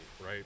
right